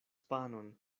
panon